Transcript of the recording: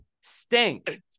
stink